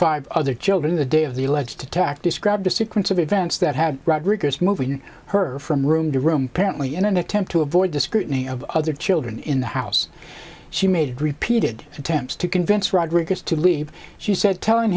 five other children the day of the alleged attack described the sequence of events that had rodriguez moving her from room to room parent lee in an attempt to avoid to scrutiny of other children in the house she made repeated attempts to convince rodriguez to leave she said telling